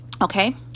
Okay